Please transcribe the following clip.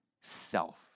self